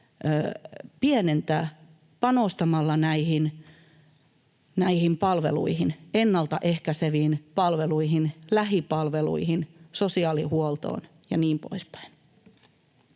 panostamalla näihin palveluihin: ennalta ehkäiseviin palveluihin, lähipalveluihin, sosiaalihuoltoon ja niin poispäin.